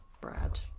Brad